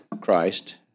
Christ